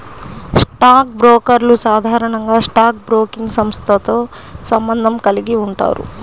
stock బ్రోకర్లు సాధారణంగా stock broking సంస్థతో సంబంధం కలిగి ఉంటారు